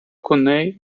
коней